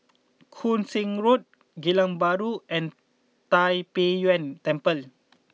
Koon Seng Road Geylang Bahru and Tai Pei Yuen Temple